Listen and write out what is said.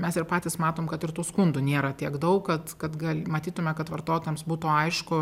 mes ir patys matom kad ir tų skundų nėra tiek daug kad kad gal matytume kad vartotojams būtų aišku